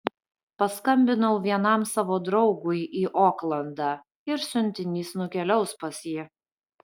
paskambinau vienam savo draugui į oklandą ir siuntinys nukeliaus pas jį